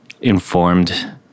informed